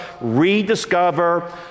rediscover